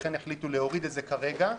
לכן החליטו להוריד את זה כרגע.